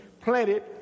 planted